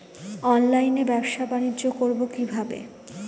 অনলাইনে ব্যবসা বানিজ্য করব কিভাবে?